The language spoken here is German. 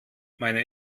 meine